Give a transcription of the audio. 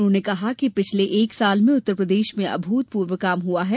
उन्होंने कहा कि पिछले एक साल में उत्तरप्रदेश में अभूतपूर्व काम हुआ है